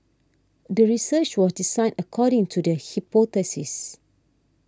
the research was designed according to the hypothesis